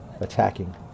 attacking